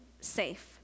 safe